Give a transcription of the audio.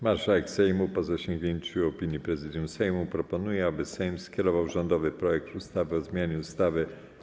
Marszałek Sejmu, po zasięgnięciu opinii Prezydium Sejmu, proponuje, aby Sejm skierował rządowy projekt ustawy o zmianie ustawy.